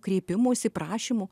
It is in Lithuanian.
kreipimųsi prašymų